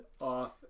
off